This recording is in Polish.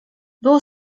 było